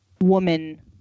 woman